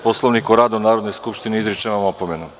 Poslovnika o radu Narodne skupštine, izričem vam opomenu.